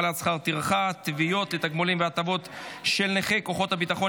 טרחה (תביעות לתגמולים והטבות של נכי כוחות הביטחון,